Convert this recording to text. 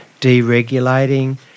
deregulating